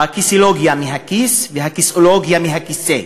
הכיסולוגיה, מהכיס, והכיסאולוגיה, מהכיסא,